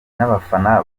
n’abafana